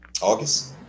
august